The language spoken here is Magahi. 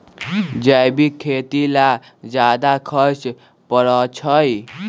जैविक खेती ला ज्यादा खर्च पड़छई?